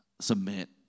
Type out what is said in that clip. submit